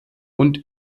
und